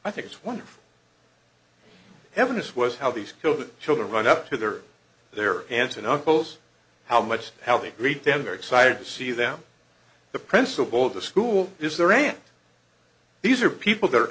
i think it's wonderful evidence was how these children children run up to their their aunts and uncles how much how they read them very excited to see them the principal of the school is there and these are people that are